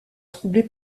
troublée